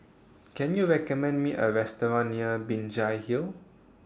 Can YOU recommend Me A Restaurant near Binjai Hill